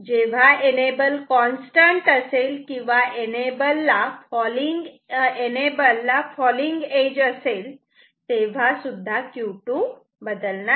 जेव्हा enable constant असेल किंवा एनेबल ला फॉलींग एज असेल तेव्हा Q2 बदलणार नाही